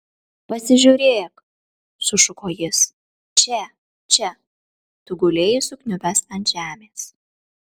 pasižiūrėk sušuko jis čia čia tu gulėjai sukniubęs ant žemės